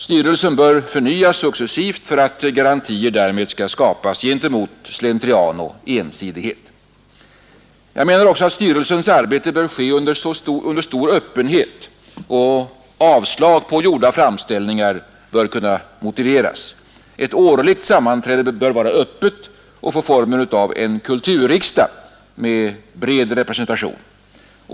Styrelsen bör förnyas successivt för att garantier skall skapas mot slentrian och ensidighet. Jag menar också att styrelsens arbete bör ske under stor öppenhet, och att avslag på gjorda framställningar bör kunna motiveras. Ett årligt sammanträde bör vara öppet och få formen av en kulturriksdag med bred representation.